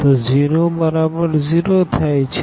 તો 0 બરાબર 0 થાય છે